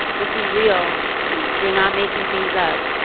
this is real it is you're not making things up.